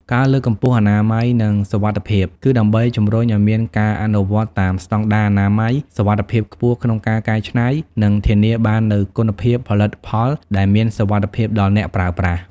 ការលើកកម្ពស់អនាម័យ និងសុវត្ថិភាព គឺដើម្បីជំរុញឲ្យមានការអនុវត្តតាមស្តង់ដារអនាម័យ សុវត្ថិភាពខ្ពស់ក្នុងការកែច្នៃ និងធានាបាននូវគុណភាពផលិតផល ដែលមានសុវត្ថិភាពដល់អ្នកប្រើប្រាស់។